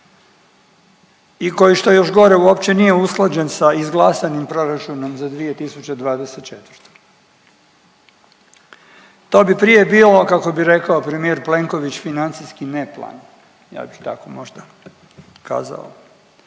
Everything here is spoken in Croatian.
i koji, što je još gore, uopće nije usklađen sa izlaganim proračunom za 2024. To bi bilo prije, kako bi rekao premijer Plenković financijski neplan, ja ću tako možda kazao.